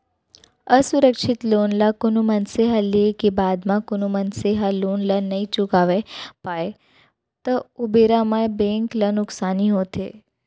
असुरक्छित लोन ल कोनो मनसे ह लेय के बाद म कोनो मनसे ह लोन ल नइ चुकावय पावय त ओ बेरा म बेंक ल नुकसानी होथे